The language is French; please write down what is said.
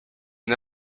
une